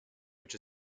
which